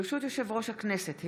יושב-ראש הכנסת,